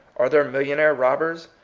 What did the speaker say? are there millionnaire robbers?